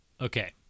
okay